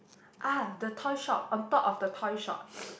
!ah! the toy shop on top of the toy shop